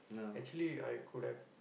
actually I could have